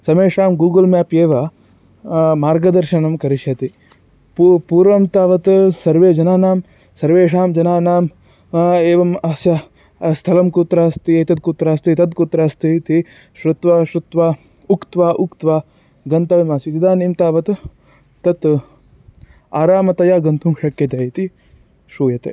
सर्वेषां Google map एव मार्गदर्शनं करिष्यति पूर्वं पूर्वं तावत् सर्वेषां जनानां सर्वेषां जनानाम् एवम् अस्य स्थलं कुत्र अस्ति एतद् कुत्र अस्ति तद् कुत्र अस्ति इति श्रुत्वा श्रुत्वा उक्त्वा उक्त्वा गन्तव्यमासीत् इदानीं तावत् तत् आरामतया गन्तुं शक्यते इति श्रूयते